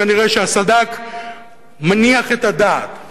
כנראה הסד"כ מניח את הדעת.